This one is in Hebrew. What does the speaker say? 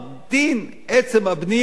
דין עצם הבנייה,